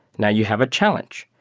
now you have a challenge.